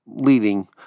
leading